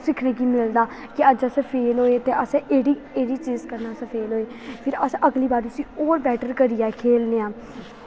सिक्खने गी मिलदा कि अज्ज अस फेल होए ते एकड़ी चीज कन्नै अस फेल होए फिर अस अगली बार होर बैट्टर करियै खेलनेआं